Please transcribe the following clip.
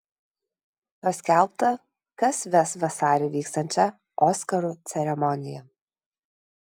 paskelbta kas ves vasarį vyksiančią oskarų ceremoniją